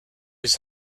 his